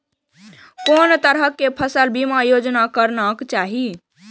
कोन तरह के फसल बीमा योजना कराना चाही?